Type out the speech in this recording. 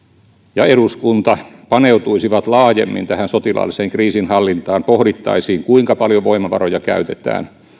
ja eduskunta paneutuisivat laajemmin tähän sotilaalliseen kriisinhallintaan pohdittaisiin kuinka paljon voimavaroja käytetään